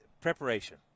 Preparation